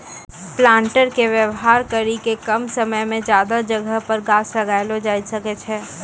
planter के वेवहार करी के कम समय मे ज्यादा जगह पर गाछ लगैलो जाय सकै छै